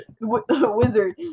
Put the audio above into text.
wizard